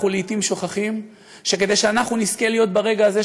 אנחנו לעתים שוכחים שכדי שאנחנו נזכה להיות ברגע הזה,